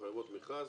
שמחייבות מכרז.